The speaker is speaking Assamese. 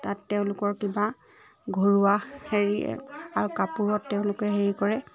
তাত তেওঁলোকৰ কিবা ঘৰুৱা হেৰি আৰু কাপোৰত তেওঁলোকে হেৰি কৰে